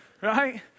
Right